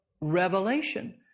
Revelation